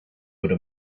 would